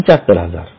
७५०००